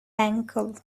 ankle